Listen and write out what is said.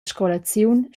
scolaziun